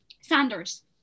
Sanders